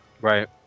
Right